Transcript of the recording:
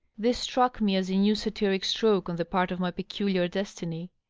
this struck me as a new satiric stroke on the part of my peculiar destiny.